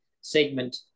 segment